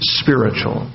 spiritual